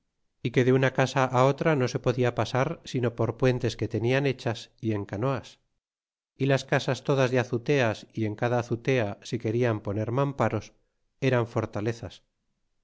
y que de una casa otra no se podia pasar sino por puentes que tenían hechas y en canoas y las casas todas de azuteas y en cada azutea si querían poner mamparos eran fortalezas